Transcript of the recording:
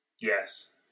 Yes